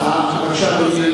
בבקשה, אדוני,